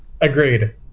Agreed